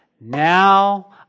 Now